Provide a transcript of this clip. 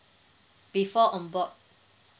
before onboard